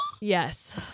Yes